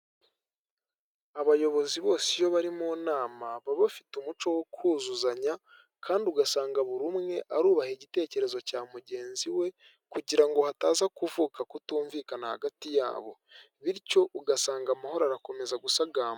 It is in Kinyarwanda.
Abayobozi bose iyo bari mu nama baba bafite umuco wo kuzuzanya kandi ugasanga buri umwe arubaha igitekerezo cya mugenzi we kugira ngo hataza kuvuka kutumvikana hagati yabo bityo ugasanga amahoro arakomeza gusagamba.